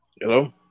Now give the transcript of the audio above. Hello